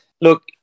Look